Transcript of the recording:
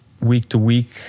week-to-week